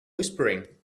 whispering